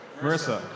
Marissa